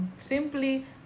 simply